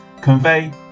convey